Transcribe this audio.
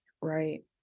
Right